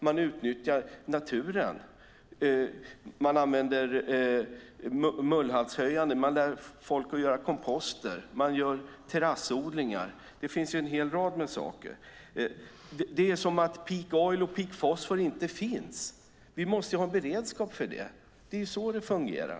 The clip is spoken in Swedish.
Man utnyttjar naturen och använder mullhaltshöjande medel. Man lär människor att göra komposter och gör terassodlingar. Det finns en hel del saker. Det är som att Peak Oil och Peak Phosphorus inte finns. Vi måste ha en beredskap för det. Det är så det fungerar.